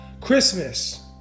Christmas